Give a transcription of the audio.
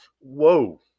Whoa